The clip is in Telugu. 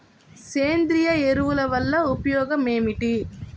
సేంద్రీయ ఎరువుల వల్ల ఉపయోగమేమిటీ?